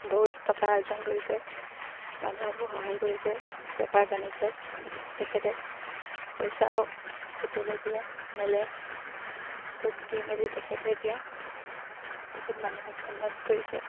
বহুত টকা অৰ্জন কৰিছে মানুহকো সহায় কৰিছে বেপাৰ বাণিজ্যত তেখেতে পইচাও সুতলৈ দিয়ে মেলে সুত দি মেলি তেখেতে এতিয়া বহুত মানুহক উন্নত কৰিছে